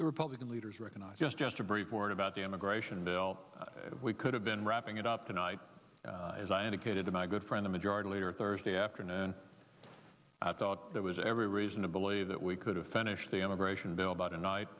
the republican leaders recognize just just a brief word about the immigration bill we could have been wrapping it up tonight as i indicated to my good friend the majority leader thursday afternoon i thought there was every reason to believe that we could have finished the immigration bill but a